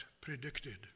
predicted